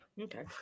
okay